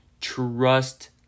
Trust